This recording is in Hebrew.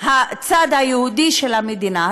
הצד היהודי של המדינה.